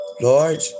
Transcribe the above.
Lord